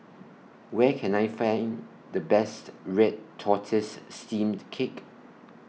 Where Can I Find The Best Red Tortoise Steamed Cake